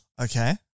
Okay